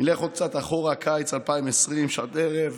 נלך עוד קצת אחורה, קיץ 2020, שעת ערב